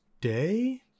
Day